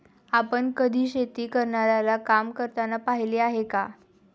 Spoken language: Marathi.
आपण कधी शेती करणाऱ्याला काम करताना पाहिले आहे का?